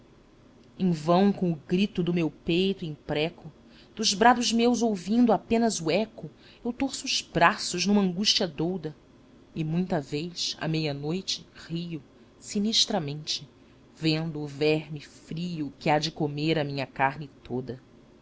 em vão com o grito do meu peito impreco dos brados meus ouvindo apenas o eco eu torço os braços numa angústia douda e muita vez à meia-noite rio sinistramente vendo o verme frio que há de comer a minha carne toda